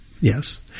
Yes